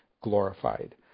glorified